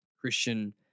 Christian